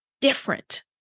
different